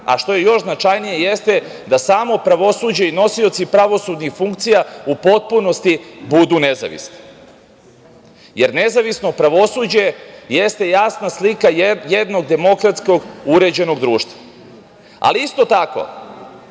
a što je još značajnije jeste da samo pravosuđe i nosioci pravosudnih funkcija u potpunosti budu nezavisni. Nezavisno pravosuđe jeste jasna slika jednog demokratskog uređenog društva. Isto tako,